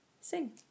sing